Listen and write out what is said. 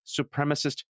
supremacist